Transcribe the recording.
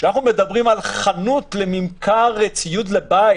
כשאנחנו מדברים על חנות לממכר ציוד לבית